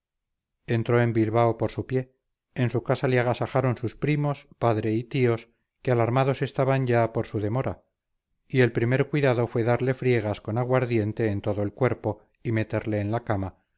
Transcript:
entró en bilbao por su pie en su casa le agasajaron sus primos padre y tíos que alarmados estaban ya por su demora y el primer cuidado fue darle friegas con aguardiente en todo el cuerpo y meterle en la cama